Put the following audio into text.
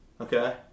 Okay